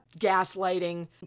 Gaslighting